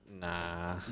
Nah